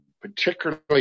particularly